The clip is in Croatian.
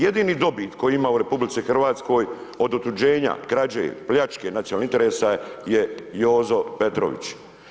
Jedini dobit koji ima u RH od otuđenja, krađe, pljačke nacionalnih interesa je Jozo Petrović.